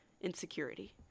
Insecurity